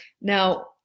Now